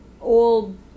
old